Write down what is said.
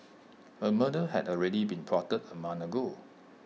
A murder had already been plotted A month ago